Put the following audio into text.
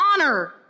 honor